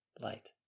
light